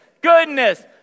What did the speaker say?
Goodness